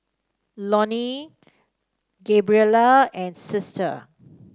Loney Gabriella and Sister